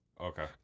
Okay